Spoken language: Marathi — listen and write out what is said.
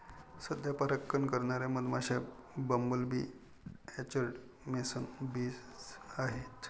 सध्या परागकण करणारे मधमाश्या, bumble bee, orchard mason bees आहेत